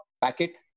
packet